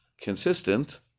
consistent